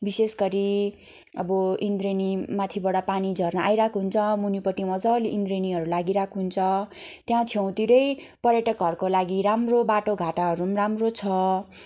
विशेष गरी अब इन्द्रेणी माथिबाट पानी झर्ना आइरहेको हुन्छ मुनिपट्टि मजाले इन्द्रेणीहरू लागिरहेको हुन्छ त्यहाँ छेउतिरै पर्यटकहरूको लागि राम्रो बाटोघाटाहरू पनि राम्रो छ